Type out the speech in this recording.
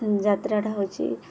ଯାତ୍ରାଟା ହଉଛି